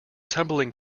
tumbling